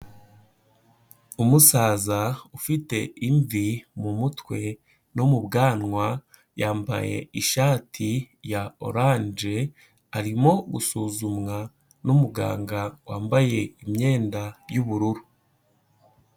Umusaza ufite imvi mu mutwe no mu bwanwa, yambaye ishati ya oranje, arimo gusuzumwa n'umuganga wambaye imyenda y'ubururu.